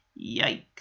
Yikes